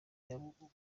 nk’uko